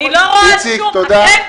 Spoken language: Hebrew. גל,